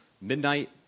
midnight